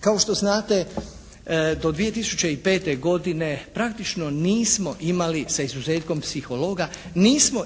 Kao što znate, do 2005. godine praktično nismo imali sa izuzetkom psihologa, nismo